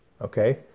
Okay